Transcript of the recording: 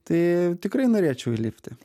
tai tikrai norėčiau įlipti